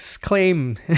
claim